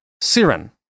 Siren